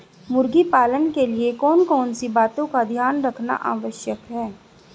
मुर्गी पालन के लिए कौन कौन सी बातों का ध्यान रखना आवश्यक है?